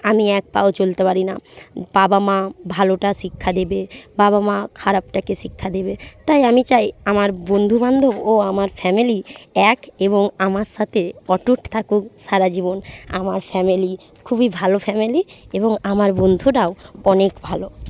আমি এক পাও চলতে পারি না বাবা মা ভালোটা শিক্ষা দেবে বাবা মা খারাপটাকে শিক্ষা দেবে তাই আমি চাই আমার বন্ধুবান্ধব ও আমার ফ্যামিলি এক এবং আমার সাথে অটুট থাকুক সারা জীবন আমার ফ্যামিলি খুবই ভালো ফ্যামিলি এবং আমার বন্ধুরাও অনেক ভালো